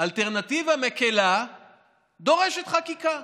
אלטרנטיבה מקילה דורשת חקיקה.